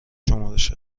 شمارش